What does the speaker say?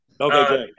Okay